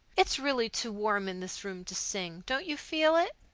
it's really too warm in this room to sing. don't you feel it?